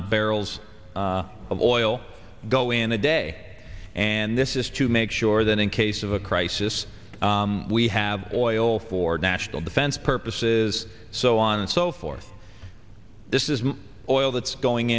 of barrels of oil go in a day and this is to make sure that in case of a crisis we have oil for national defense purposes so on and so forth this is all that's going